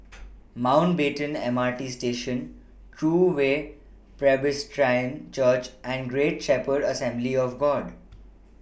Mountbatten M R T Station True Way Presbyterian Church and Great Shepherd Assembly of God